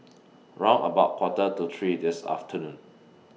round about Quarter to three This afternoon